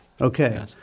Okay